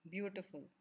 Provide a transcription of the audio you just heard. Beautiful